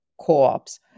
co-ops